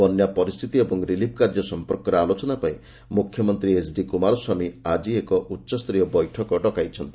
ବନ୍ୟା ପରିସ୍ଥିତି ଏବଂ ରିଲିଫ୍ କାର୍ଯ୍ୟ ସଂପର୍କରେ ଆଲୋଚନା ପାଇଁ ମୁଖ୍ୟମନ୍ତ୍ରୀ ଏସ୍ଡି କୁମାରସ୍ୱାମୀ ଆଜି ଏକ ଉଚ୍ଚସ୍ତରୀୟ ବୈଠକ ଡକାଇଛନ୍ତି